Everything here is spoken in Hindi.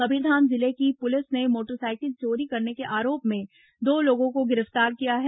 कबीरधाम जिले की पुलिस ने मोटर साइकिल चोरी करने के आरोप में दो लोगों को गिरफ्तार किया है